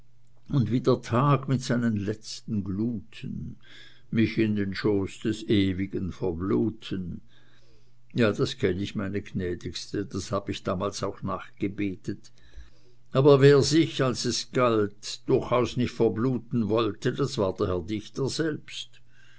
und wie der tag mit seinen letzten gluten mich in den schoß des ewigen verbluten ja das kenn ich meine gnädigste das hab ich damals auch nachgebetet aber wer sich als es galt durchaus nicht verbluten wollte das war der herr dichter selbst